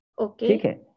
Okay